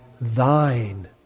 thine